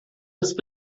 ist